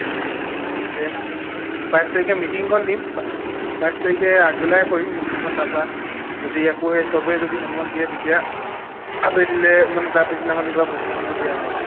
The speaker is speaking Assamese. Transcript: কেম্প বাইছ তাৰিখে মিটিংখন দিম বা বাইছ তাৰিখে আগবেলাই কৰিম মিটিংখন তাৰপৰা যদি একৌ সেই সবে যদি সন্মত দিয়ে তেতিয়া আবেলিলৈ মানে তাৰ পিছদিনাখনৰ পৰা প্ৰশিক্ষণটো দিয়াম আৰু